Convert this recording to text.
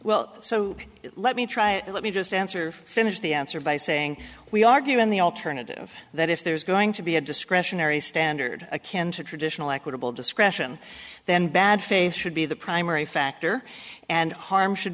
well so let me try it let me just answer finish the answer by saying we argue in the alternative that if there's going to be a discretionary standard a can to traditional equitable discretion then bad faith should be the primary factor and harm should